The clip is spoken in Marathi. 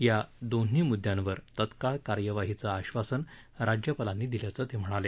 या दोन्ही मुद्यांवर तत्काळ कार्यवाहीचं आश्वासन राज्यपालांनी दिल्याचं ते म्हणाले